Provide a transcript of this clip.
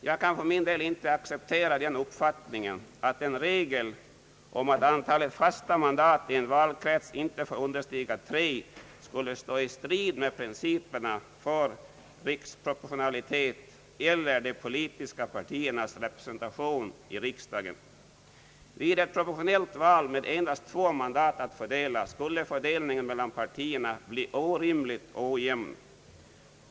Jag kan för min del inte acceptera den uppfattningen att en regel om att antalet fasta mandat i en valkrets inte får understiga tre skulle stå i strid med principerna = för riksproportionalitet mellan de politiska partiernas representation i riksdagen. Vid ett proportionellt val med endast två mandat att fördela skulle fördelningen mellan partierna bli orimligt ojämn.